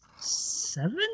seven